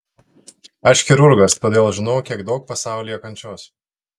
aš chirurgas todėl žinau kiek daug pasaulyje kančios